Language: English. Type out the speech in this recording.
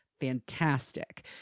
fantastic